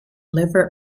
liver